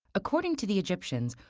according to the egyptians,